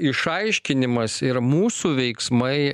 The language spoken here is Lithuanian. išaiškinimas ir mūsų veiksmai